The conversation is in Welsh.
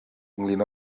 ynglŷn